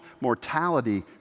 mortality